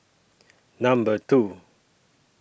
Number two